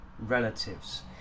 relatives